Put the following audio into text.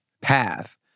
path